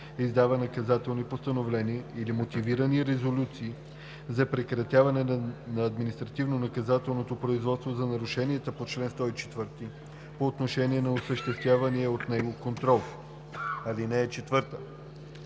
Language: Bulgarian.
издава наказателни постановления или мотивирани резолюции за прекратяване на административнонаказателното производство за нарушения по чл. 104 по отношение на осъществявания от него контрол. (4)